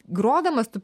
grodamas tu